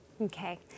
Okay